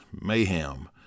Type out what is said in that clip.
mayhem